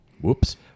Whoops